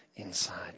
inside